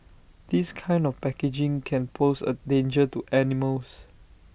this kind of packaging can pose A danger to animals